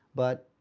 but,